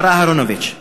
מר אהרונוביץ,